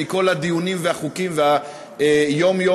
מכל הדיונים והחוקים והיום-יום.